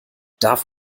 darf